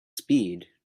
speed